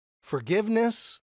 forgiveness